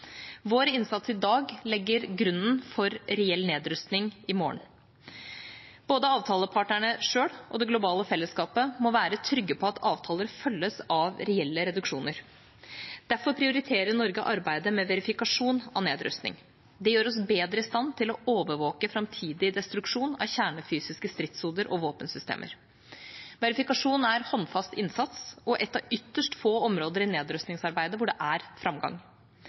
Vår innsats i dag legger grunnen for reell nedrustning i morgen. Både avtalepartnerne selv og det globale fellesskapet må være trygge på at avtaler følges av reelle reduksjoner. Derfor prioriterer Norge arbeidet med verifikasjon av nedrustning. Det gjør oss bedre i stand til å overvåke framtidig destruksjon av kjernefysiske stridshoder og våpensystemer. Verifikasjon er håndfast innsats og ett av ytterst få områder i nedrustningsarbeidet der det er framgang.